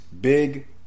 big